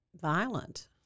violent